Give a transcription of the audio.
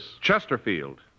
Chesterfield